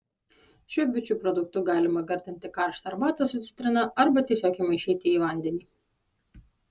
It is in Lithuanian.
šiuo bičių produktu galima gardinti karštą arbatą su citrina arba tiesiog įmaišyti į vandenį